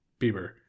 bieber